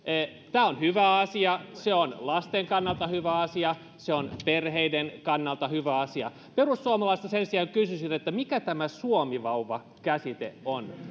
tämä on hyvä asia se on lasten kannalta hyvä asia se on perheiden kannalta hyvä asia perussuomalaisilta sen sijaan kysyisin mikä tämä suomivauva käsite on